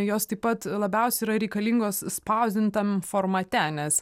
jos taip pat labiausiai yra reikalingos spausdintam formate nes